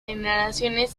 generaciones